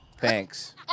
Thanks